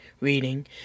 reading